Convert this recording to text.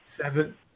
seven